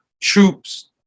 troops